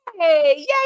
Yay